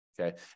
okay